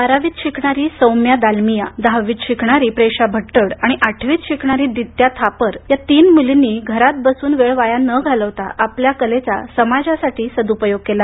बारावीत शिकणारी सौम्य दालमिया दहावी शिकणारी प्रेशा भट्टड आणि आठवीत शिकणारी दित्या थापर या तीन मुलींनी घरात बसून वेळ वाया न घालवता आपल्या कलेचा समाजासाठी सद्पयोग केला